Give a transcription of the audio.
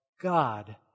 God